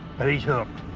but he's hooked.